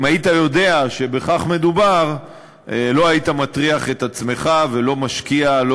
ואם היית יודע שבכך מדובר לא היית מטריח את עצמך ולא משקיע לא